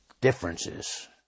differences